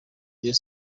rayon